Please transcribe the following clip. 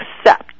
accept